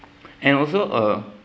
and also uh